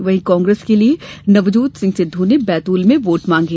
वहीं कांग्रेस के लिए नवजोत सिंह सिद्धू ने बैतूल में वोट मांगे